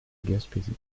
gaspésie